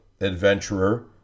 adventurer